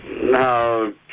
No